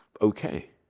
okay